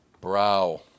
brow